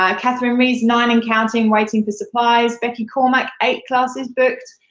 um kathryn reese, nine and counting, waiting for supplies. becky cormack, eight classes booked.